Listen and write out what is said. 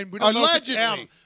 Allegedly